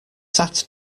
sat